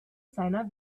seiner